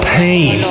pain